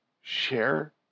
share